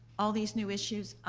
all these new issues